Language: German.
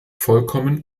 vollkommen